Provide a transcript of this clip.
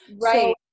Right